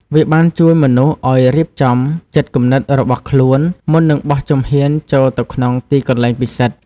វាបានជួយមនុស្សឲ្យរៀបចំចិត្តគំនិតរបស់ខ្លួនមុននឹងបោះជំហានចូលទៅក្នុងទីកន្លែងពិសិដ្ឋ។